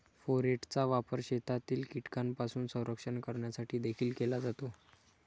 फोरेटचा वापर शेतातील कीटकांपासून संरक्षण करण्यासाठी देखील केला जातो